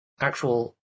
actual